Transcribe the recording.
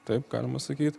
taip galima sakyt